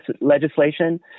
legislation